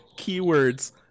keywords